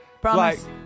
Promise